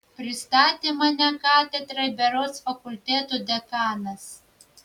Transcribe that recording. pristatė mane katedrai berods fakulteto dekanas